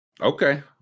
Okay